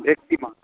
ভেটকি মাছ